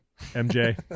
MJ